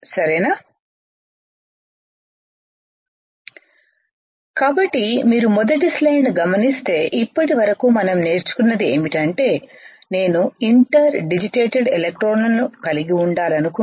సరేనా కాబట్టి మీరు మొదటి స్లైడ్ను గమనిస్తే ఇప్పటి వరకు మనం నేర్చుకున్నది ఏమిటంటే నేను ఇంటర్ డిజిటేటెడ్ ఎలక్ట్రోడ్లను కలిగి ఉండాలనుకుంటే